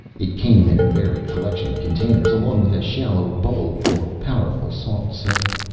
it came in a varied collection of containers along with a shallow bowl full of powerful soft soap.